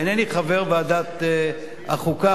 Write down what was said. אינני חבר ועדת החוקה,